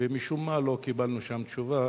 ומשום מה לא קיבלנו תשובה.